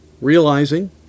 Realizing